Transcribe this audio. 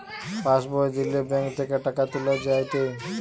pass বই দিলে bank থেকে টাকা তুলা যায়েটে